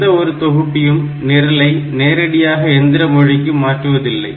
எந்த ஒரு தொகுப்பியும் நிரலை நேரடியாக எந்திர மொழிக்கு மாற்றுவது இல்லை